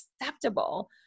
acceptable